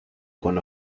con